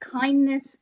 kindness